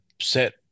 set